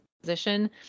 position